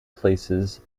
places